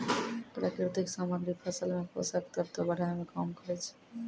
प्राकृतिक सामग्री फसल मे पोषक तत्व बढ़ाय में काम करै छै